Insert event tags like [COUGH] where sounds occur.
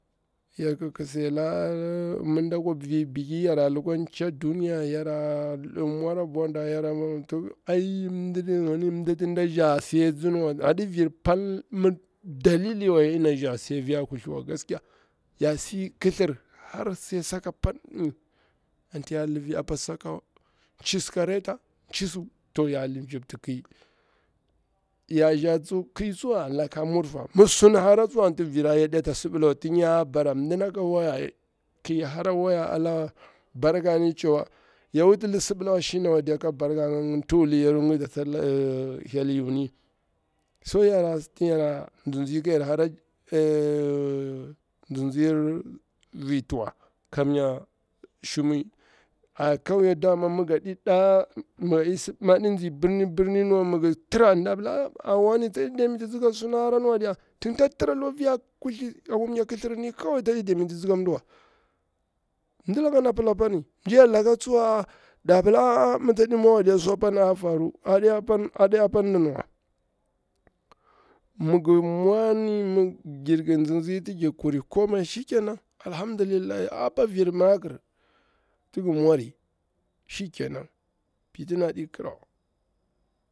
Yarki ki saila, mi mɗa kwa vir biki yara lukwa tcha duniya ya ra mwara a bwada, yara mwa ai mdi gini mditi nda za sai tsini wa, aɗi vir pal, mi dalili wa ya ɗena nza si a fiya kuthliwa gaskiya, yasi kithir har sai saka pat apa saka urisu ka rita anti ya mziti ƙi chlisu, ya riza ki tsuwa apa laka murfa, misun hara tsuwa anti vira ya ɗeta sibila wa, tin ya bara mdinaka waya ki hara waya ala barkani cewa ya wuti sibila wa ashina ka barkanga ƙida thwulyaru atiti [HESITATION] hyel yuni, so tin yara nzinzi ka yar hara [HESITATION] nzirnzir vir tuwa, kam nya shimui, a kanye dama mi gaɗi nzi bir bir min wa, nda pila a wane dama tsaɗi damititsi ka suna haranwa diya tin ta tira lifiya kuthli akwa mya kithrir ni daktaɗi damititsi ka mdi wa mji laka tsuwa da pila aa ni tsaɗi mwa wa diya sh apani a faru, mi gir mwani [UNINTELLIGIBLE] apa vir makir shikenan fitina adi kirawa.